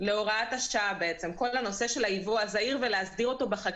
איך להסדיר את כל הנושא של הייבוא הזעיר בחקיקה,